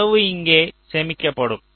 தரவு இங்கே சேமிக்கப்படும்